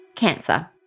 Cancer